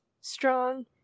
strong